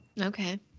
Okay